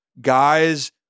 Guys